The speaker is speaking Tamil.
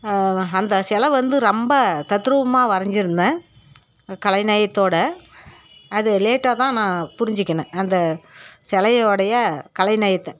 அந்த சிலை வந்து ரொம்ப தத்ரூபமாக வரைஞ்சிருந்தேன் கலை நயத்தோடு அது லேட்டா தான் நான் புரிஞ்சுக்கினேன் அந்த சிலையோடைய கலைநயத்தை